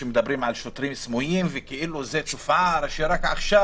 שמדברים על שוטרים סמויים וכאילו זה תופעה רק עכשיו.